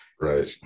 right